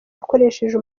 akoresheje